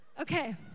Okay